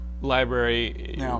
library